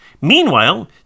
Meanwhile